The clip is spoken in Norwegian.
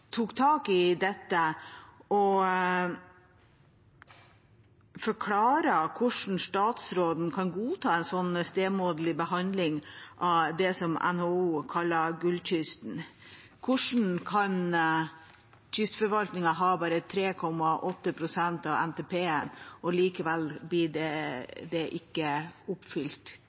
tok tak i dette og forklarte hvordan han kan godta en så stemoderlig behandling av det som NHO kaller gullkysten. Hvordan kan det ha seg at selv om kystforvaltningen bare har 3,8 pst. av NTP, blir ikke den lille satsingen oppfylt?